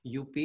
UP